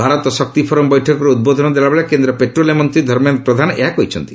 ଭାରତ ଶକ୍ତିଫୋରମ୍ ବୈଠକରେ ଉଦ୍ବୋଧନ ଦେଲାବେଳେ କେନ୍ଦ୍ର ପେଟ୍ରୋଲିୟମ୍ ମନ୍ତ୍ରୀ ଧର୍ମେନ୍ଦ୍ର ପ୍ରଧାନ ଏହା କହିଛନ୍ତି